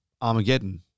Armageddon